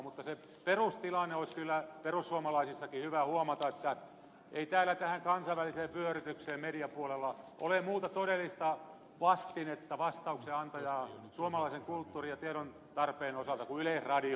mutta se perustilanne olisi kyllä perussuomalaisissakin hyvä huomata että ei täällä tähän kansainväliseen vyörytykseen mediapuolella ole muuta todellista vastinetta vas tauksen antajaa suomalaisen kulttuurin ja tiedon tarpeen osalta kuin yleisradio